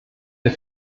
der